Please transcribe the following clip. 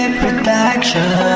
protection